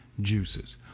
juices